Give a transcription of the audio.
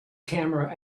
camera